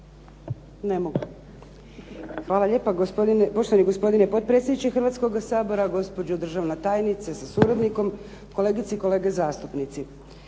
(HDZ)** Hvala lijepo poštovani gospodine predsjedniče Hrvatskog sabora, gospođo državna tajnice sa suradnikom, kolegice i kolege zastupnici.